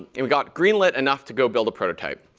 and we got green-lit enough to go build a prototype.